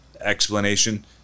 explanation